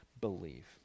believe